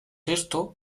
esto